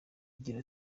igira